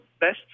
best